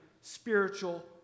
spiritual